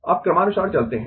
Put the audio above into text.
अब क्रमानुसार चलते है